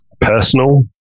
personal